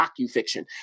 docufiction